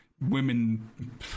women